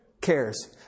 cares